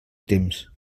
temps